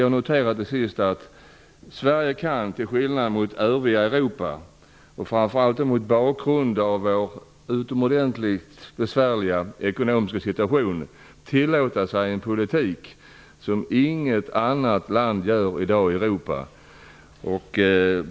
Jag noterar till sist att Sverige -- till skillnad från övriga Europa och trots vår utomordentligt besvärliga ekonomiska situation -- kan tillåta sig en politik som inget annat land i Europa kan i dag.